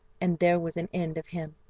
and there was an end of him.